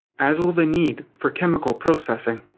as will the need for chemical processing.